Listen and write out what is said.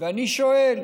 אני שואל: